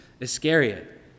Iscariot